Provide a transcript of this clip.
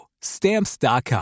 Stamps.com